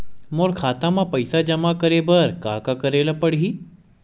मोर खाता म पईसा जमा करे बर का का करे ल पड़हि?